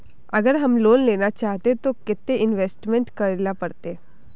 अगर हम लोन लेना चाहते तो केते इंवेस्ट करेला पड़ते?